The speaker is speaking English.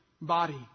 body